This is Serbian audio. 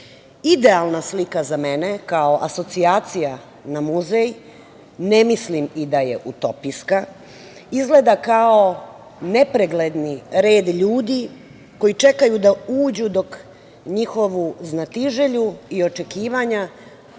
muzejom. Idealna slika za mene, kao asocijacija na muzej, ne mislim i da je utopijska, izgleda kao nepregledni red ljudi koji čekaju da uđu dok njihovu znatiželju i očekivanja